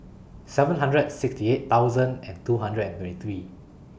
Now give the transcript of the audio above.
seven hundred and sixty eight and two hundred and twenty three